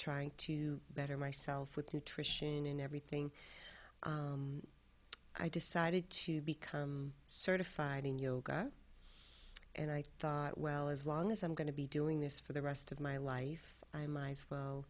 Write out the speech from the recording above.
trying to better myself with nutrition and everything i decided to become certified in yoga and i thought well as long as i'm going to be doing this for the rest of my life i might as well